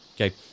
Okay